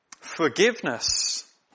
forgiveness